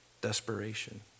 desperation